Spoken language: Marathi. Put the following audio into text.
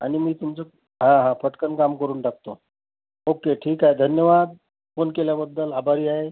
आणि मी तुमचं हा हा पटकन काम करून टाकतो ओके ठीक आहे धन्यवाद फोन केल्याबद्दल आभारी आहे